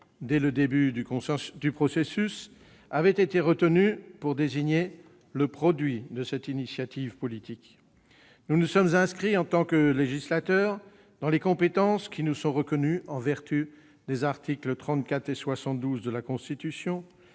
dès le début du processus, avait été retenue pour désigner le produit de cette initiative politique. Nous nous sommes inscrits, en tant que législateurs, dans les compétences qui nous sont reconnues en vertu des articles 34 et 72 de la Constitution